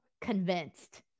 convinced